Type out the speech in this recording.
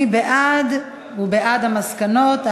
מי שבעד הוא בעד המסקנות.